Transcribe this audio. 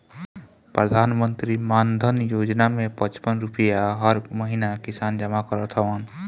प्रधानमंत्री मानधन योजना में पचपन रुपिया हर महिना किसान जमा करत हवन